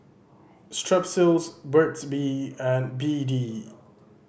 Strepsils Burt's Bee and B D